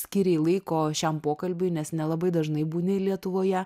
skyrei laiko šiam pokalbiui nes nelabai dažnai būni lietuvoje